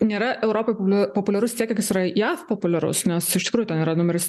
nėra europoj populiarus tiek kiek jisai yra jav populiarus nes iš tikrųjų ten yra numeris